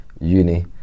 uni